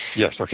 yes, like